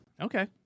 Okay